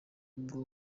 bwo